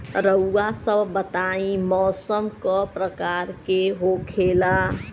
रउआ सभ बताई मौसम क प्रकार के होखेला?